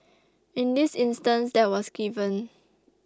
in this instance that was given